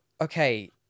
Okay